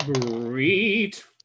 Great